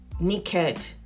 naked